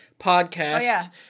podcast